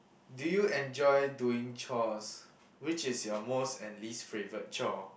do you enjoy doing chores which is your most and least favourite chore